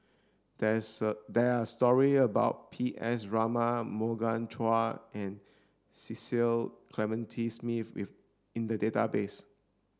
there is there are story about P S Raman Morgan Chua and Cecil Clementi Smith if in the database